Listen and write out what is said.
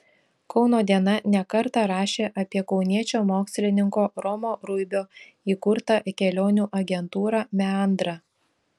kauno diena ne kartą rašė apie kauniečio mokslininko romo ruibio įkurtą kelionių agentūrą meandra